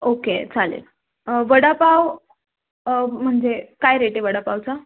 okay चालेल वडापाव म्हणजे काय रेट आहे वडापावचा